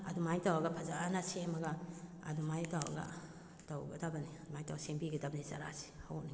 ꯑꯗꯨꯃꯥꯏꯅ ꯇꯧꯔꯒ ꯐꯖꯅ ꯁꯦꯝꯃꯒ ꯑꯗꯨꯃꯥꯏꯅ ꯇꯧꯔꯒ ꯇꯧꯒꯗꯕꯅꯤ ꯑꯗꯨꯃꯥꯏꯅ ꯇꯧꯔꯒ ꯁꯦꯝꯕꯤꯒꯗꯕꯅꯤ ꯆꯥꯔꯥꯁꯦ ꯍꯧꯔꯛꯅꯤꯉꯥꯏ